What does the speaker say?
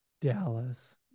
Dallas